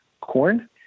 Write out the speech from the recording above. corn